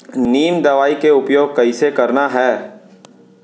नीम दवई के उपयोग कइसे करना है?